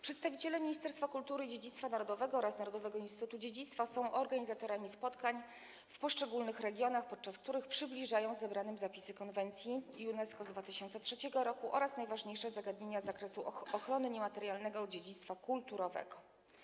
Przedstawiciele Ministerstwa Kultury i Dziedzictwa Narodowego oraz Narodowego Instytutu Dziedzictwa są organizatorami spotkań w poszczególnych regionach, podczas których przybliżają zebranym zapisy konwencji UNESCO z 2003 r. oraz najważniejsze zagadnienia z zakresu ochrony niematerialnego dziedzictwa kulturowego.